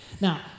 Now